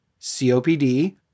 COPD